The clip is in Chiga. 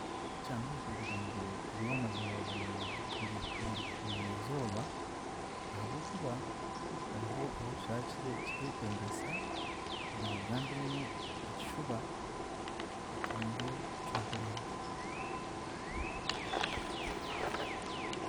Tikyanguhi kugira ngu obe ow'amazima buri buriru buriizooba, ahabw'okuba hariho ahu kira kire kiretengyesa kugira ngu ogambemu ekishuba, otunge eki oraba orenda.